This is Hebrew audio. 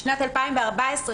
משנת 2014,